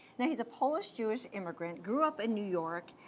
he's a polish jewish immigrant, grew up in new york,